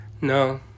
no